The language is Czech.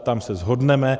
Tam se shodneme.